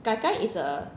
gaigai is a